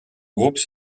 groupes